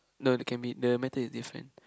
no the can be the method is different